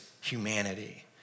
humanity